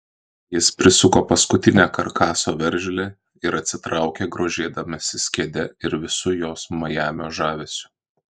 jis prisuko paskutinę karkaso veržlę ir atsitraukė grožėdamasis kėde ir visu jos majamio žavesiu